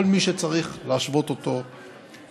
כל מי שצריך להשוות אותו חברתית.